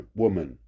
woman